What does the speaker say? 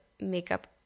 makeup